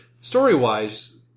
story-wise